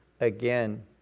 again